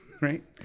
Right